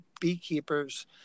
beekeepers